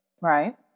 Right